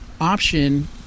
option